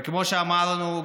וכמו שאמרנו,